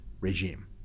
regime